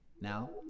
Now